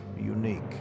unique